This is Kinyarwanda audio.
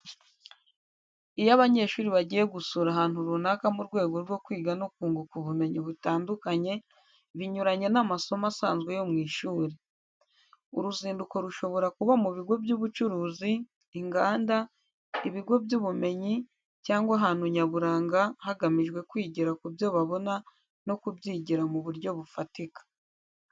Iyo abanyeshuri bagiye gusura ahantu runaka mu rwego rwo kwiga no kunguka ubumenyi butandukanye, binyuranye n’amasomo asanzwe yo mu ishuri. Uruzinduko rushobora kuba mu bigo by’ubucuruzi, inganda, ibigo by’ubumenyi, cyangwa ahantu nyaburanga hagamijwe kwigira ku byo babona no kubyigira mu buryo bufatika.